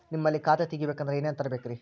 ನಿಮ್ಮಲ್ಲಿ ಖಾತಾ ತೆಗಿಬೇಕಂದ್ರ ಏನೇನ ತರಬೇಕ್ರಿ?